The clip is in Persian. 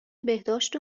بهداشت